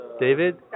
David